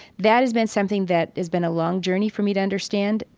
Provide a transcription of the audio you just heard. that has been something that has been a long journey for me to understand.